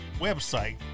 website